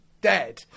dead